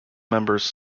members